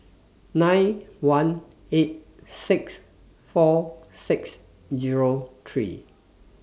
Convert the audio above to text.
nine one eight six four six Zero three